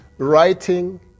Writing